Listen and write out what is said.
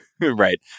Right